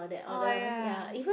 oh ya